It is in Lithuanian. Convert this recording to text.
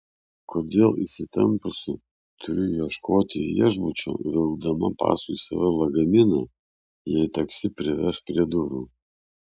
kodėl įsitempusi turiu ieškoti viešbučio vilkdama paskui save lagaminą jei taksi priveš prie durų